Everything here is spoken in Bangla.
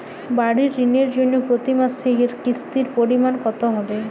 বাড়ীর ঋণের জন্য প্রতি মাসের কিস্তির পরিমাণ কত হবে?